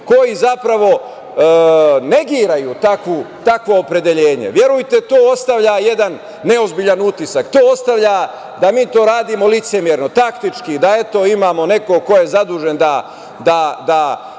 koji zapravo negiraju takvo opredeljenje verujte to ostavlja jedan neozbiljan utisak, to ostavlja da mi to radimo licemerno, taktički, da imamo nekog ko je zadužen da